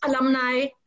alumni